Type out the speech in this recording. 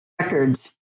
records